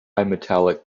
metallic